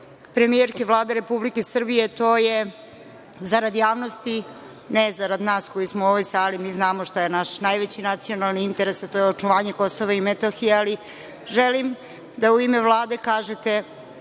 premijerke Vlade Republike Srbije, to je, zarad javnosti, ne zarad nas koji smo u ovoj sali, mi znamo šta je naš najveći nacionalni interes, a to je očuvanje Kosova i Metohije, ali želim da u ime Vlade kažete